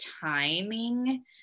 timing